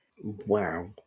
Wow